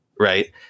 right